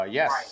yes